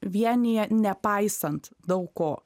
vienija nepaisant daug ko